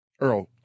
Earl